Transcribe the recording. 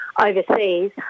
overseas